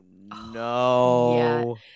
no